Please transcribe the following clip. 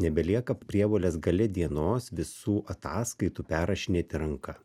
nebelieka prievolės gale dienos visų ataskaitų perrašinėti ranka